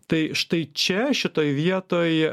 tai štai čia šitoj vietoj